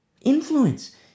influence